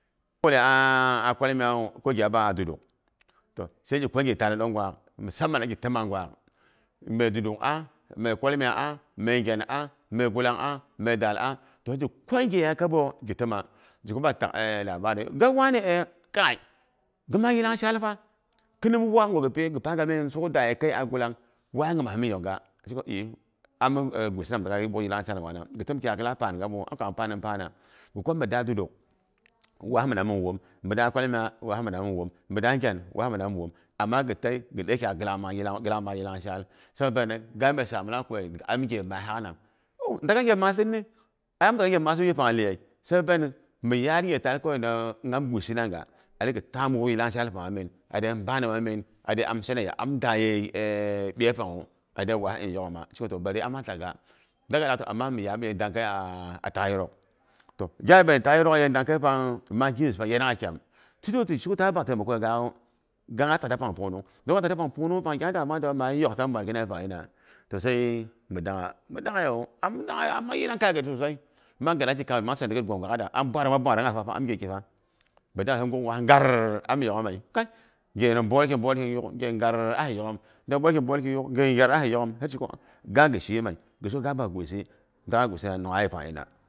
Kogi a'a kwalmiyawu, ko gi 'a maa duduk toh sai ghi kwa ghi taala ɗongwak musaman a ghitzma ɗong gwaak. Me duduk'a, me kwalmiya'a, me ngyan'a me gulang'a me daal'a toh he ghi kwa tak labari. Gin wani e, kai ghin mang yilang shaal fa, khinim waakgwu ghi, e ghi panga min suk daye kai a gulang waa nyima mi miyokgha, ga shiku'i ami gwisi nam dang yip wook yilangshaal gwa, ghi təmkyak ghilak panga mi wook am kam am panim pana. Ghi kwa mi da duduk, waa mina ming whom, mida kwalmiya waa mina mimi whom, mida ngyan waa mina mi mi whom? Amma ghi dei kyak ghilak mang yilang shaal. Sabo mang pene ko e ga be samang, gi'ami ghe masak nam. 'U'ndaak'gha nghe masitni, ai am dak'gha nghe masu kipang iyi. Sabo mang penu, mi yar ghe taal kawai dang ngyam gwisina ga. Ya ghi ta'ghim wook yilang shaal panghamin. Am de am shana, ya am daye e ɓyei pangwu, ade waa an yok'ghima he ti sheko toh, bari ama ta'gha. Dakga lagha, amnma toh mi yaarim ye dang kai'a takyirok. Toh, ghebe bak me takyirok a ye dang kai pang, min mang gimyes pang yananaga a yepang. Ti sheko ta bak taimako a yegakgu toh, kangha takta pang pungnung don ga dakta pang punung pung gyadang mangdawu ma yokta mi waargana yepang nan, toh sai mi daangha. Mi daanghe wu, am dang mang yilang kaya gyet sosai, mang gadang ki kaamyet, mang sanda gyet gwangwada, am bwag'ara bwag'arangha sosai pang am ngheki fa mi dangha he guk waa ngaar amiyo ghime, kai nghe pwolki, yuk nghe ngaar ayi yok'ghm, ti sheko, ga ghishime, gisheko sa bak swisi ndakga gwisina nimha pang nongnyinan a yepang.